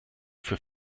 für